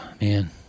man